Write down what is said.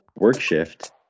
workshift